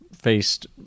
Faced